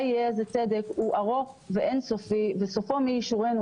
יהיה איזה צדק הוא ארוך ואין-סופי וסופו מי ישורנו,